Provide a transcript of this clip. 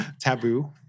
Taboo